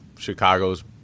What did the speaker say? Chicago's